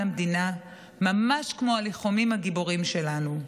המדינה ממש כמו הלוחמים הגיבורים שלנו,